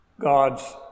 God's